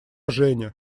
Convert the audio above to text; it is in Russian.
женя